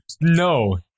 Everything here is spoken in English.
No